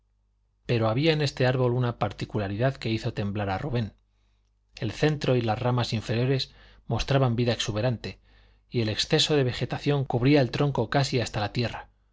pero había en este árbol una particularidad que hizo temblar a rubén el centro y las ramas inferiores mostraban vida exuberante y el exceso de vegetación cubría el tronco casi hasta la tierra